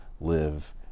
live